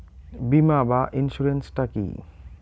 বিমা বা ইন্সুরেন্স টা কি?